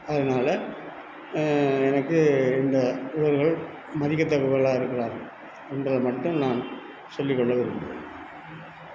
அதனால் எனக்கு இந்த உறவுகள் மதிக்க தக்கவர்களாக இருக்கிறார் என்பதை மட்டும் நான் சொல்லி கொள்ள விரும்புகிறேன்